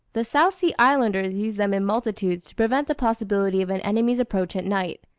the south sea islanders use them in multitudes to prevent the possibility of an enemy's approach at night,